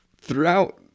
throughout